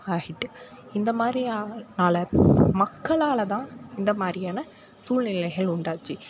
ஆகிட்டு இந்த மாதிரி ஆகிறனால மக்களால் தான் இந்த மாதிரியான சூழ்நிலைகள் உண்டாச்சு